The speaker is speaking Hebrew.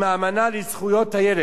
משנת 1989,